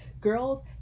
girls